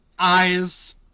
Eyes